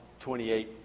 28